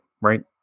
right